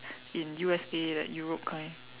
in U_S_A like Europe kind